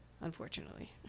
unfortunately